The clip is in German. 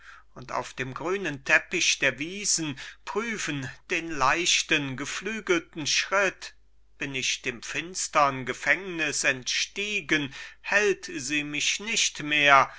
und auf dem grünen teppich der wiesen prüfen den leichten geflügelten schritt bin ich dem finstern gefängnis entstiegen hält sie mich nicht mehr